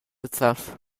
itself